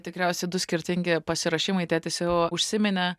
tikriausiai du skirtingi pasiruošimai tėtis jau užsiminė